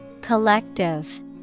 Collective